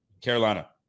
Carolina